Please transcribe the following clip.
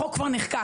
החוק כבר נחקק,